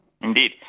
Indeed